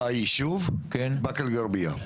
מבאקה אל גרביה.